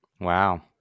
Wow